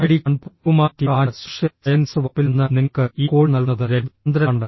IIT Kanpur humanities and social sciences വകുപ്പിൽ നിന്ന് നിങ്ങൾക്ക് ഈ കോഴ്സ് നൽകുന്നത് രവി ചന്ദ്രനാണ്